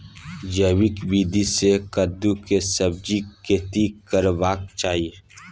जैविक विधी से कद्दु के सब्जीक खेती करबाक चाही?